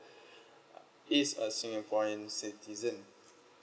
is a singaporean citizen